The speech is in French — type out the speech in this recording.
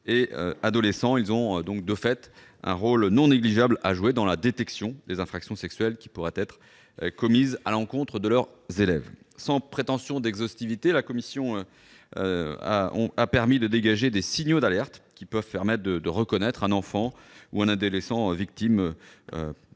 et adolescents. Ils ont donc, de fait, un rôle non négligeable à jouer dans la détection des infractions sexuelles qui pourraient être commises à l'encontre de leurs élèves. Sans prétention d'exhaustivité, nos auditions ont permis de dégager des « signaux d'alerte » qui peuvent permettre de reconnaître un enfant ou un adolescent victime :